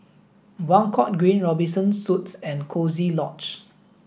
Buangkok Green Robinson Suites and Coziee Lodge